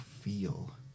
feel